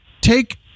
Take